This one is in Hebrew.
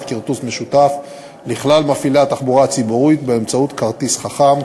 כרטוס משותף לכלל מפעילי התחבורה הציבורית באמצעות כרטיס חכם,